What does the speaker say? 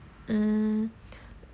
mm